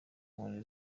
nkoni